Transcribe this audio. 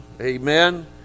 Amen